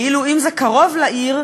כאילו אם זה קרוב לעיר,